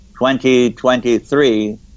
2023